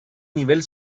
nivel